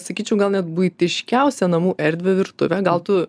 sakyčiau gal net buitiškiausią namų erdvę virtuvę gal tu